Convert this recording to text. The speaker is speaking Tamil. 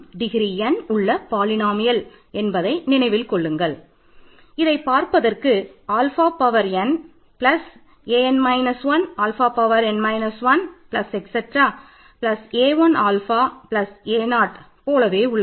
F ஆல்ஃபாவின் a 0 போலவே உள்ளது